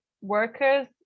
workers